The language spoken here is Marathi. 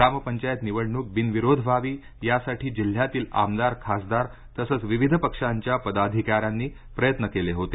ग्रामपंचायत निवडणूक बिनविरोध व्हावी यासाठी जिल्ह्यातील आमदार खासदार तसंच विविध पक्षांच्या पदाधिकाऱ्यांनी प्रयत्न केले होते